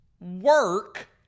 work